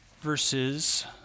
verses